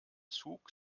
zug